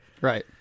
right